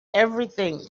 everything